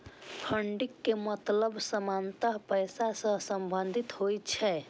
funding के मतलब सामान्यतः पैसा सं संबंधित होइ छै